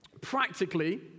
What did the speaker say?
practically